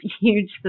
huge